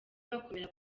bakomera